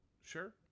Sure